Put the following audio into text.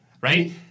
right